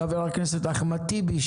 חבר הכנסת אחמד טיבי,